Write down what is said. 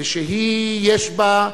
ושהיא, יש בה,